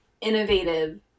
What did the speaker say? innovative